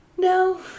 No